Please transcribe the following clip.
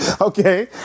Okay